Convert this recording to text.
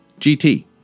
GT